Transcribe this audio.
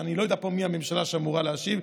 שאני לא יודע מי הממשלה שאמורה להשיב,